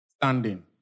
standing